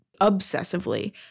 obsessively